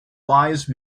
wise